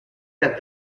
that